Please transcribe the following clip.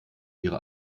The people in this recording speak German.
ihre